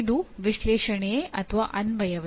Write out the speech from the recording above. ಇದು ವಿಶ್ಲೇಷಣೆಯೇ ಅಥವಾ ಅನ್ವಯವೇ